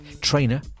Trainer